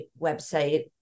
website